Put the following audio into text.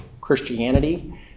Christianity